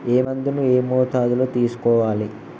ఏ మందును ఏ మోతాదులో తీసుకోవాలి?